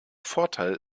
vorteil